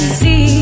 see